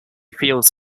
feels